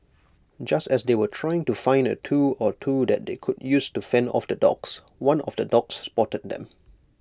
just as they were trying to find A tool or two that they could use to fend off the dogs one of the dogs spotted them